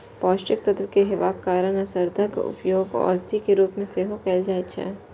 पौष्टिक तत्व हेबाक कारण शहदक उपयोग औषधिक रूप मे सेहो कैल जाइ छै